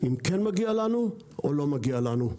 אם כן מגיע לנו או לא מגיע לנו.